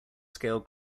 scale